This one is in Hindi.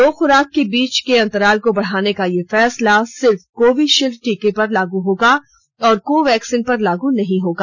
दो खुराक के बीच के अंतराल को बढ़ाने का यह फैसला सिर्फ कोविशील्ड टीके पर लागू होगा और कोवैक्सीन पर लागू नहीं होगा